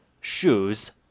shoes